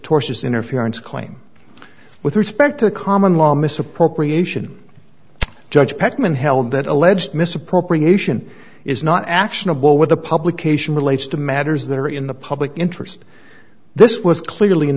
tortious interference claim with respect to common law misappropriation judge peckman held that alleged misappropriation is not actionable with a publication relates to matters that are in the public interest this was clearly in